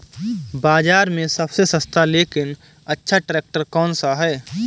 बाज़ार में सबसे सस्ता लेकिन अच्छा ट्रैक्टर कौनसा है?